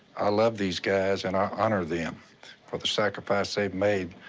i love these guys, and i honor them for the sacrifice they made,